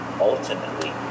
Ultimately